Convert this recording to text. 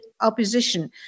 opposition